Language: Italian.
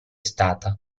stata